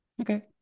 Okay